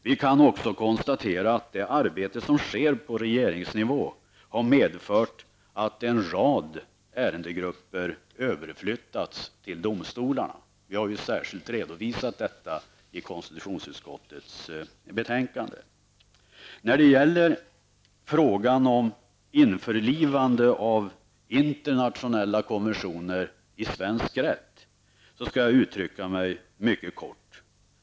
Vi kan också konstatera att det arbete som sker på regeringsnivå har medfört att en rad ärendegrupper överflyttats till domstolarna. Vi har ju särskilt redovisat detta i konstitutionsutskottets betänkande. När det gäller frågan om införlivande av internationella konventioner i svensk rätt skall jag uttrycka mig mycket kort.